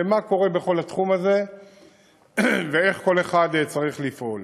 מה קורה בכל התחום הזה ואיך כל אחד צריך לפעול.